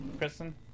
Kristen